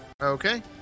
okay